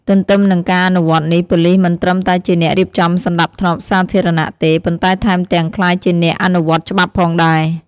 ទន្ទឹមនឹងការអនុវត្តន៍នេះ ប៉ូលីសមិនត្រឹមតែជាអ្នករៀបចំសណ្តាប់ធ្នាប់សាធារណៈទេ ប៉ុន្តែថែមទាំងក្លាយជាអ្នកអនុវត្តច្បាប់ផងដែរ។